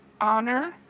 honor